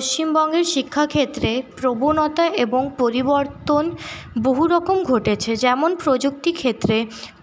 পশ্চিমবঙ্গের শিক্ষাক্ষেত্রে প্রবণতা এবং পরিবর্তন বহু রকম ঘটেছে যেমন প্রযুক্তি ক্ষেত্রে